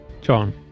John